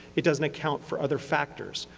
it doesn't account for other factors,